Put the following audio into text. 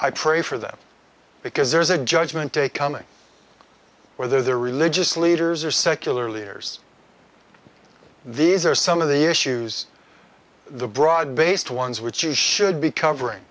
i pray for them because there's a judgement day coming where the religious leaders are secular leaders these are some of the issues the broad based ones which we should be covering